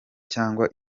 cyangwa